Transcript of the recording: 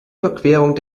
überquerung